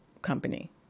company